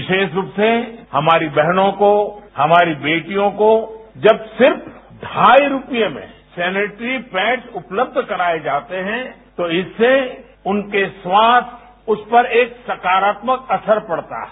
विशेष रूप से हमारी बहनों को हमारी वेटियों को जब सिर्फ डाई रूपए में सेनिट्री पैड्स उपलब्ध कराए जाते हैं तो इससे उनके स्रास्थ्य उस पर एक सकारात्मक असर पड़ता है